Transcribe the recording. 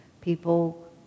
People